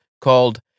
called